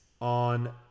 on